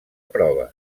proves